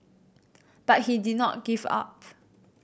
but he did not give up